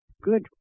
good